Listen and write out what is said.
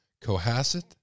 Cohasset